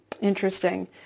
Interesting